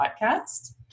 Podcast